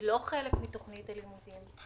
היא לא חלק מתכנית הלימודים.